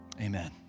Amen